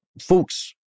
folks